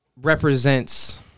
represents